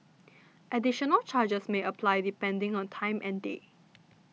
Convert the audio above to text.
additional charges may apply depending on time and day